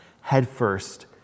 headfirst